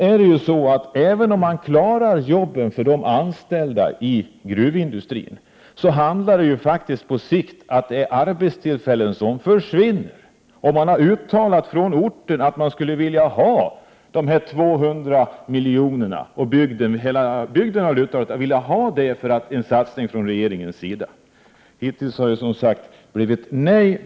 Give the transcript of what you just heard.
Även om man klarar jobben för dem som är anställda inom gruvindustrin, handlar det faktiskt på sikt om att arbetstillfällena försvinner. Det har uttalats från orten att man skulle vilja ha dessa 200 miljoner. Hela bygden väntar sig en satsning från regeringens sida. Hittills har det som sagt blivit nej.